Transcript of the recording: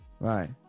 Right